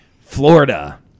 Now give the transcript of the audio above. Florida